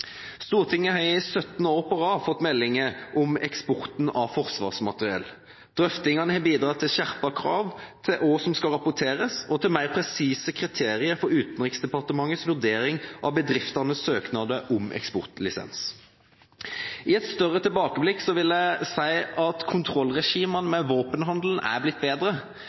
Stortinget har i 17 år på rad fått meldinger om eksporten av forsvarsmateriell. Drøftingene har bidratt til skjerpede krav til hva som skal rapporteres og til mer presise kriterier for Utenriksdepartementets vurdering av bedriftenes søknader om eksportlisens. I et større tilbakeblikk vil jeg si at kontrollregimene med våpenhandelen er blitt bedre,